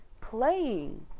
playing